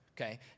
okay